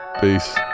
peace